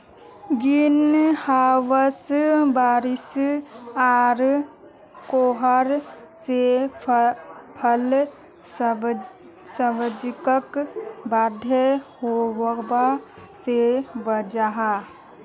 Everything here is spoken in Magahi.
ग्रीन हाउस बारिश आर कोहरा से फल सब्जिक बर्बाद होवा से बचाहा